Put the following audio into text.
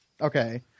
Okay